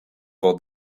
for